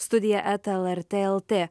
studija eta lrt lt